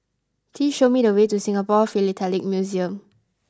please show me the way to Singapore Philatelic Museum